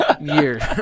years